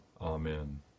Amen